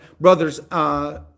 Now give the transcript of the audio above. brother's